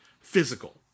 physical